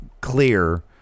clear